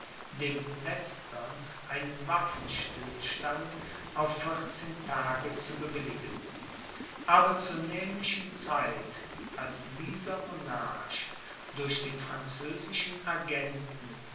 dem letztern einen waffenstillstand auf vierzehn tage zu bewilligen aber zur nämlichen zeit als dieser monarch durch den französischen agenten